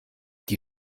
die